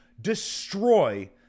destroy